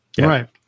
Right